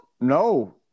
No